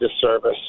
disservice